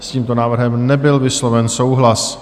S tímto návrhem nebyl vysloven souhlas.